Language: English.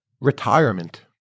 Retirement